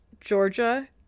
georgia